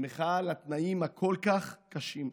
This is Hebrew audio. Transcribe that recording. במחאה על התנאים הכל-כך קשים.